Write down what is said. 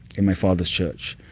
in my father's church.